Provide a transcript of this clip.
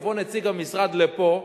יבוא נציג המשרד לפה,